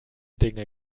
dinge